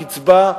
קצבה,